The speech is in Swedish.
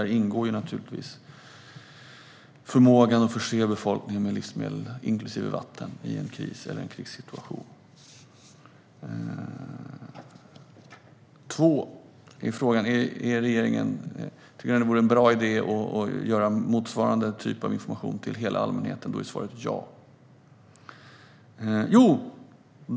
Där ingår naturligtvis förmågan att förse befolkningen med livsmedel, inklusive vatten, i en kris eller en krigssituation. Den andra frågan är: Tycker regeringen att det vore en bra idé att ge motsvarande information till hela allmänheten? Då är svaret ja.